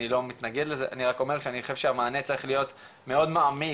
אני לא מתנגד לזה אני רק אומר שאני חושב שהמענה צריך להיות מאוד מעמיק,